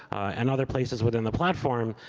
and other places within the platform,